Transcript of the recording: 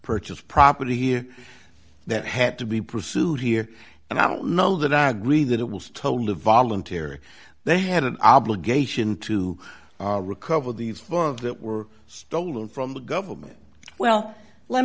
purchased property that had to be pursued here and i don't know that i agree that it was told a voluntary they had an obligation to recover these funds that were stolen from the government well let